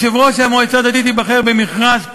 יושב-ראש המועצה הדתית ייבחר במכרז פומבי,